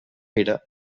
pere